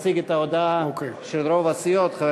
הכנסת שי יציג את ההודעה של רוב הסיעות.